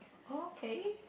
okay